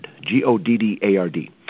G-O-D-D-A-R-D